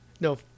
no